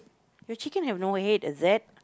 your chicken have no head is it